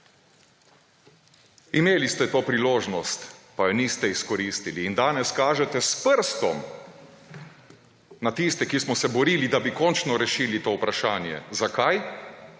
Imeli ste to priložnost, pa je niste izkoristili in danes kažete s prstom na tiste, ki smo se borili, da bi končno rešili to vprašanje. Zakaj?